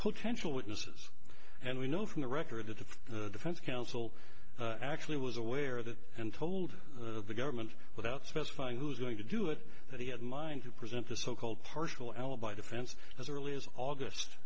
potential witnesses and we know from the record that the defense counsel actually was aware of that and told the government without specifying who's going to do it that he had in mind to present the so called partial alibi defense as early as august